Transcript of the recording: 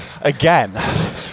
again